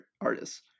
artists